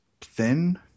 thin